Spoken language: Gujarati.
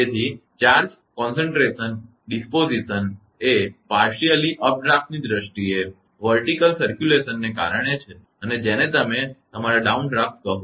તેથી ચાર્જ કેન્દ્રીકરણ સ્વભાવ અંશત અપડ્રાફટસની દ્રષ્ટીએ વર્ટિકલ પરિભ્રમણવર્ટિકલ સર્ક્યુલેશન ને કારણે છે અને જેને તમે તમારા ડાઉનડ્રાફ્ટ કહો છો